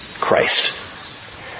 Christ